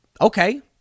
okay